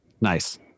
Nice